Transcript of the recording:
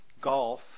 golf